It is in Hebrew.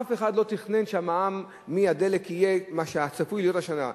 אף אחד לא תכנן שהמע"מ מהדלק יהיה מה שצפוי להיות השנה.